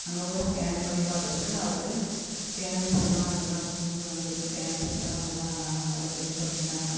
அங்க போய் ஸ்கேன் பண்ணி பார்த்ததுக்கு அவருக்கு கேன்சருமா இந்த மாதிரி புண் வந்துருக்கு கேன்சர் தான் நல்லா ஆகாது அப்படின்னு சொல்லிட்டாங்க